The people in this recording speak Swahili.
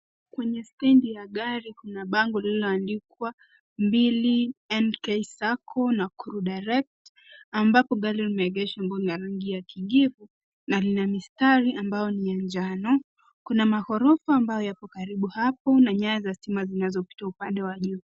Kwenye steji ya gari kuna bago lililoandikwa 2NK Sacco Nakuru Direct, ambapo gari limeegesha kwa boni rangi ya kijivu na lina mistari ambayo ni ya jano. Kuna magorofa ambayo yapo karibu na nyayo za stima zinazopita katika upande wa juu.